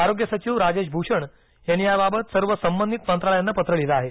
आरोग्य सचिव राजेश भूषण यांनी याबाबत सर्व संबंधित मंत्रालयांना पत्र लिहिल आहे